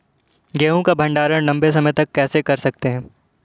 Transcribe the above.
गेहूँ का भण्डारण लंबे समय तक कैसे कर सकते हैं?